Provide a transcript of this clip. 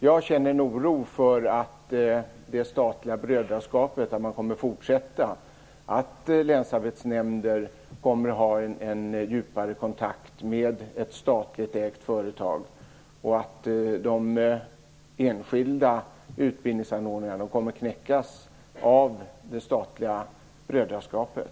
Jag känner en oro för att länsarbetsnämnderna kommer att fortsätta att ha en djupare kontakt med ett statligt ägt företag och att de enskilda utbildningsanordnarna kommer att knäckas av det statliga brödraskapet.